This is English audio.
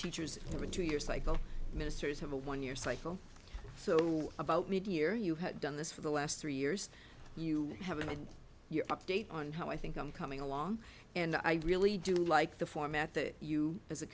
teachers have a two year cycle ministers have a one year cycle so about media year you had done this for the last three years you haven't had your update on how i think i'm coming along and i really do like the format that you as a